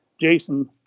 Jason